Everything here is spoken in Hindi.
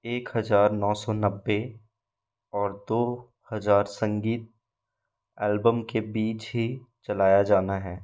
एक हजार नौ सौ नब्बे और दो हजार संगीत एल्बम के बीच ही चलाया जाना है